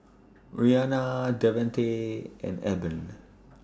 Rianna Devante and Eben